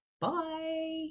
Bye